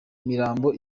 mirambo